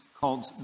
called